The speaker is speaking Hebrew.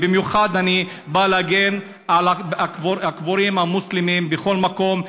במיוחד אני בא להגן על הקברים המוסלמים בכל מקום.